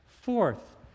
Fourth